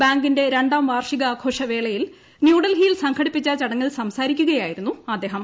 ബാങ്കിന്റെ രണ്ടാം വാർഷികാഘോഷ വേളയിൽ ന്യൂഡൽഹിയിൽ സംഘടിപ്പിച്ച ചടങ്ങിൽ സംസാരിക്കുകയായിരുന്നു അദ്ദേഹം